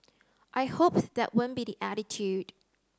I hope that won't be the attitude